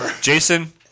Jason